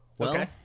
Okay